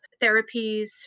therapies